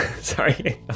sorry